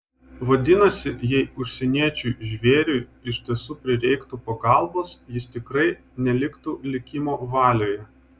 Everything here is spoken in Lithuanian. vadinasi jei užsieniečiui žvėriui iš tiesų prireiktų pagalbos jis tikrai neliktų likimo valioje